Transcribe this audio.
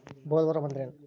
Bollworm ಅಂದ್ರೇನು?